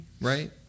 right